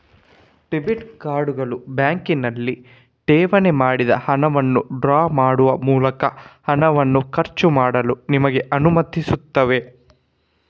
debit ಕಾರ್ಡುಗಳು ಬ್ಯಾಂಕಿನಲ್ಲಿ ಠೇವಣಿ ಮಾಡಿದ ಹಣವನ್ನು ಡ್ರಾ ಮಾಡುವ ಮೂಲಕ ಹಣವನ್ನು ಖರ್ಚು ಮಾಡಲು ನಿಮಗೆ ಅನುಮತಿಸುತ್ತವೆ